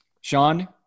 Sean